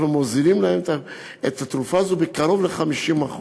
אנחנו מוזילים להם את התרופה הזאת בקרוב ל-50%.